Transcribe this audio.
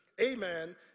amen